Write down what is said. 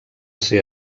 ser